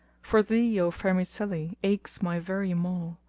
for thee, o vermicelli! aches my very maw!